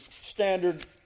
standard